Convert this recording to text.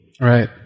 Right